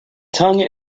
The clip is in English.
tongue